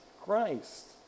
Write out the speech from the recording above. Christ